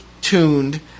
tuned